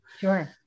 sure